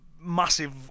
massive